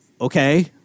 Okay